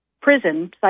prison